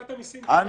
בסופו של יום, אני